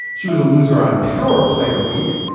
she was a loser on power player week.